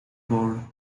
board